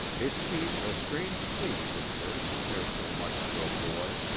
it seemed a strange taste in her to care so much for a boy,